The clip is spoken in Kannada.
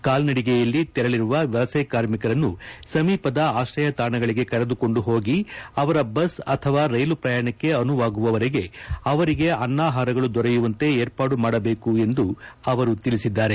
ಕಾಲ್ನಡಿಗೆಯಲ್ಲಿ ತೆರಳರುವ ವಲಸೆ ಕಾರ್ಮಿಕರನ್ನು ಸಮೀಪದ ಆಶ್ರಯತಾಣಗಳಿಗೆ ಕರೆದುಕೊಂಡು ಹೋಗಿ ಅವರ ಬಸ್ ಅಥವಾ ರೈಲು ಪ್ರಯಾಣಕ್ಕೆ ಅನುವಾಗುವವರೆಗೆ ಅವರಿಗೆ ಅನ್ನಾಹಾರಗಳು ದೊರೆಯುವಂತೆ ಏರ್ಪಾಡುಮಾಡಬೇಕು ಎಂದು ಅವರು ತಿಳಿಸಿದ್ದಾರೆ